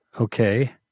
Okay